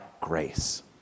grace